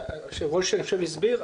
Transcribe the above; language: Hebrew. היושב-ראש הסביר.